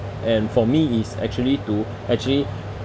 and for me is actually to actually